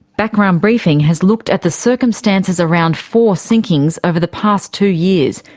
background briefing has looked at the circumstances around four sinkings over the past two years,